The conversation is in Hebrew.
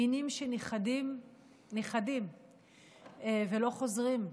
מינים שנכחדים ולא חוזרים,